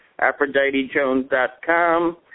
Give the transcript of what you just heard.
AphroditeJones.com